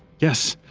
yes,